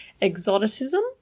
exoticism